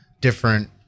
different